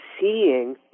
seeing